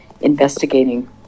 investigating